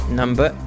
number